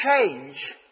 change